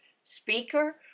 speaker